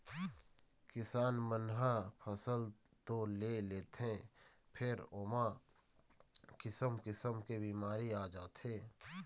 किसान मन ह फसल तो ले लेथे फेर ओमा किसम किसम के बिमारी आ जाथे